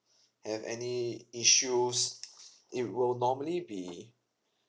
have any issues it will normally be